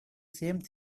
same